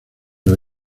los